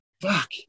fuck